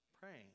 praying